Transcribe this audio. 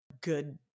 good